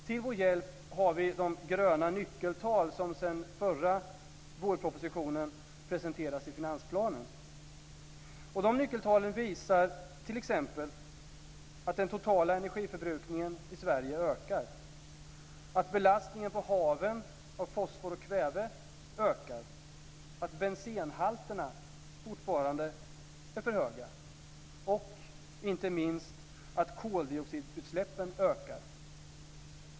Till vår hjälp har vi de gröna nyckeltal som sedan den förra vårpropositionen presenteras i finansplanen. Dessa nyckeltal visar t.ex. att den totala energiförbrukningen i Sverige ökar, att belastningen på haven av fosfor och kväve ökar, att bensenhalterna fortfarande är för höga och - inte minst - att koldioxidutsläppen ökar.